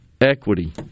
equity